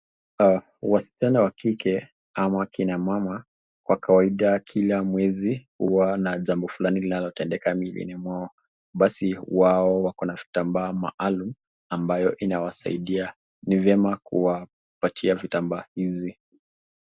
Wasichana wa kike ama kina mama kwa kawaida kila mwezi huwa na jambo fulani linalotendeka mwilini mwao, basi wao wako na vitambaa maalum ambayo inawasaidia, ni vyema kuwapatia vitambaa hizi.